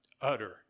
utter